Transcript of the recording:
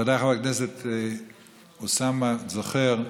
ודאי חבר הכנסת אוסאמה זוכר,